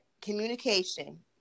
communication